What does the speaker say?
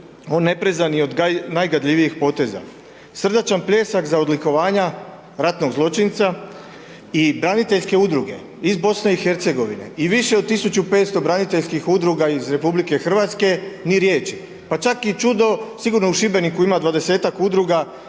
on ne preže ni od najgadljivijih poteza. Srdačan pljesak za odlikovanja ratnog zločinca i braniteljske udruge iz BiH-a i više od 1500 braniteljskih udruga iz RH-a, ni riječi pa čak i čudo, sigurno u Šibeniku ima 20-ak udruga,